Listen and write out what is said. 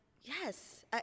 yes